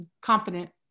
competent